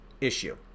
issue